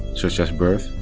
such as birth,